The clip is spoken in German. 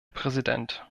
präsident